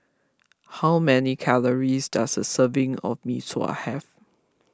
how many calories does a serving of Mee Sua have